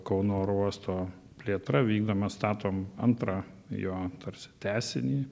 kauno oro uosto plėtra vykdoma statom antrą jo tarsi tęsinį